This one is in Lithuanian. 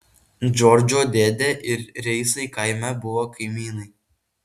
džordžo dėdė ir reisai kaime buvo kaimynai